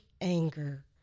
anger